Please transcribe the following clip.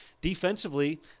Defensively